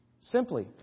Simply